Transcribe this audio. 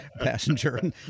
passenger